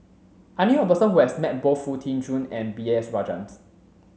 I knew a person who has met both Foo Tee Jun and B S Rajhans